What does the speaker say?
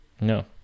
No